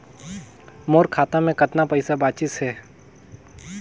मोर खाता मे कतना पइसा बाचिस हे?